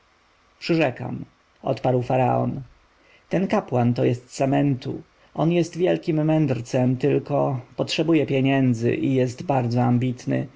przyrzekam odparł faraon ten kapłan to jest samentu on służy w świątyni seta pod memfisem on jest wielkim mędrcem tylko potrzebuje pieniędzy i jest bardzo ambitny